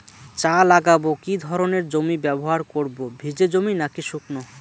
চা লাগাবো কি ধরনের জমি ব্যবহার করব ভিজে জমি নাকি শুকনো?